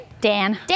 Dan